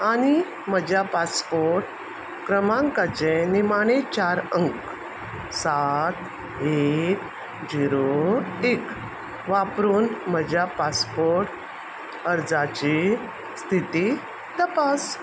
आनी म्हज्या पासपोर्ट क्रमांकाचे निमाणे चार अंक सात एक झिरो एक वापरून म्हज्या पासपोर्ट अर्जाची स्थिती तपास